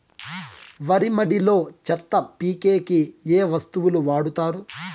వరి మడిలో చెత్త పీకేకి ఏ వస్తువులు వాడుతారు?